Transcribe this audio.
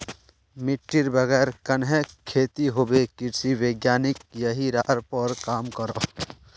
मिटटीर बगैर कन्हे खेती होबे कृषि वैज्ञानिक यहिरार पोर काम करोह